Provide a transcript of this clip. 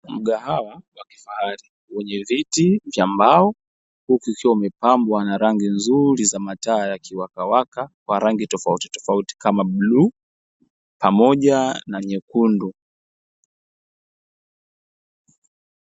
Mgahawa wa kifahari, wenye viti vya mbao, huku ukiwa umepambwa na rangi nzuri za mataa yakiwakawaka kwa rangi tofautitofauti, kama bluu pamoja na nyekundu.